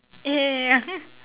ya ya ya